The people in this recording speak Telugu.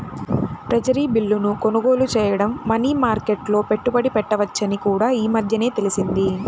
ట్రెజరీ బిల్లును కొనుగోలు చేయడం మనీ మార్కెట్లో పెట్టుబడి పెట్టవచ్చని కూడా ఈ మధ్యనే తెలిసింది